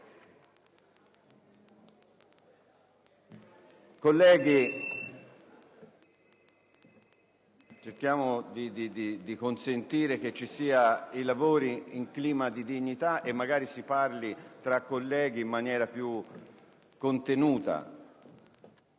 Colleghi, cerchiamo di consentire che i lavori si svolgano in un clima di dignità e che magari si parli tra colleghi in maniera più contenuta.